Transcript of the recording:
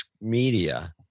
media